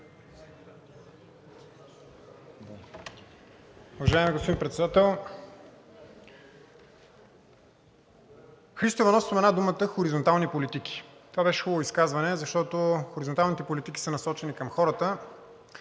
Уважаеми господин Председател! Христо Иванов спомена думите „хоризонтални политики“. Това беше хубаво изказване, защото хоризонталните политики са насочени към хората